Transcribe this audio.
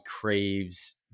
craves